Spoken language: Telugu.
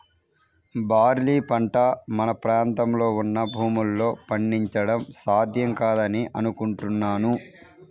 బార్లీ పంట మన ప్రాంతంలో ఉన్న భూముల్లో పండించడం సాధ్యం కాదని అనుకుంటున్నాను